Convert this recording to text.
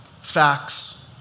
facts